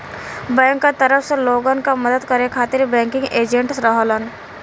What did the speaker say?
bank क तरफ से लोगन क मदद करे खातिर बैंकिंग एजेंट रहलन